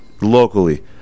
locally